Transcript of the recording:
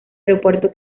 aeropuerto